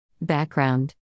Background